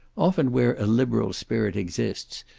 often where a liberal spirit exists,